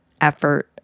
effort